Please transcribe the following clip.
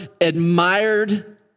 admired